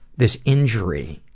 this injury,